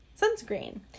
sunscreen